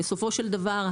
בסופו של דבר,